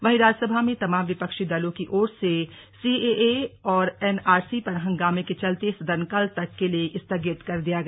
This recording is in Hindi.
वहीं राज्यसभा में तमाम विपक्षी दलों की ओर से सीएए और एनआरसी पर हंगामे के चलते सदन कल तक के लिए स्थगित कर दिया गया